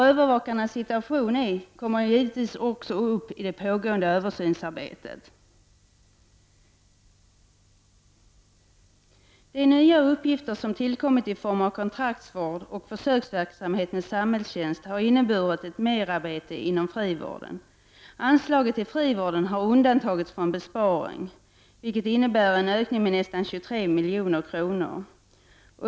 Övervakarnas situation kommer också upp i det pågående översynsarbetet. De nya uppgifter som tillkommit i form av konraktsvård och försöksverksamhet med samhällstjänst har inneburit ett merarbete inom frivården. Anslaget till frivården har undantagits från besparing, vilket innebär en ökning med nästan 23 milj.kr.